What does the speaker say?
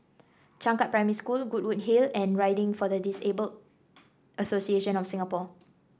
Changkat Primary School Goodwood Hill and Riding for the Disabled Association of Singapore